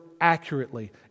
accurately